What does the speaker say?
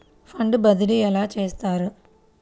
Fund బదిలీ ఎలా చేస్తారు?